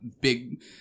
big